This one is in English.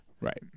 Right